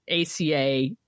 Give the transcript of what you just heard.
ACA